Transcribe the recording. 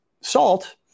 Salt